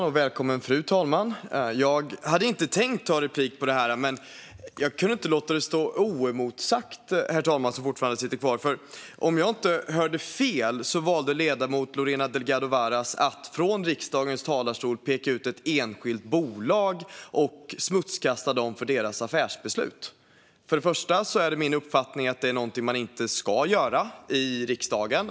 Herr talman! Jag hade inte tänkt ta replik. Men jag kunde inte låta det stå oemotsagt. Om jag inte hörde fel valde ledamoten Lorena Delgado Varas att från riksdagens talarstol peka ut ett enskilt bolag och smutskasta det för dess affärsbeslut. Först och främst är det min uppfattning att det är någonting man inte ska göra i riksdagen.